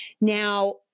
Now